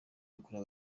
yakorewe